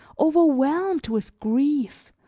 overwhelmed with grief,